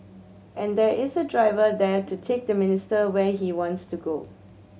and there is a driver there to take the minister where he wants to go